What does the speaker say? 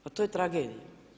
Pa to je tragedija.